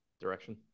direction